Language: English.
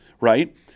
right